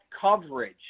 coverage